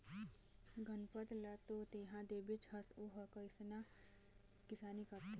गनपत ल तो तेंहा देखेच हस ओ ह कइसना किसानी करथे